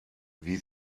wie